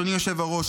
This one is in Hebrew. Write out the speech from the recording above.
אדוני היושב-ראש,